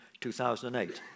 2008